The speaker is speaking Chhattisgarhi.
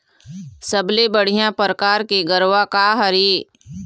सबले बढ़िया परकार के गरवा का हर ये?